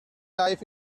life